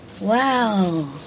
Wow